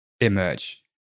emerge